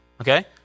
okay